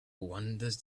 wanders